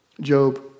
Job